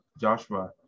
Joshua